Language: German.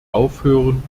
aufhören